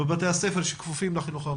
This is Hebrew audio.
בבתי הספר שכפופים לחינוך הממלכתי.